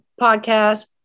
podcast